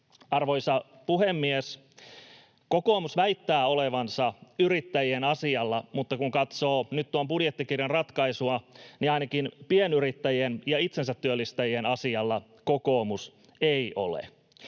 Arvoisa puhemies! Kokoomus väittää olevansa yrittäjien asialla, mutta kun katsoo nyt tuon budjettikirjan ratkaisuja, niin ainakaan pienyrittäjien ja itsensätyöllistäjien asialla kokoomus ei ole.